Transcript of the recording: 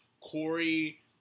Corey